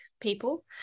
people